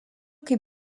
kaip